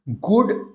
good